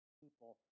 people